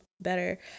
better